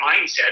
mindset